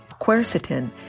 quercetin